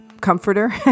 comforter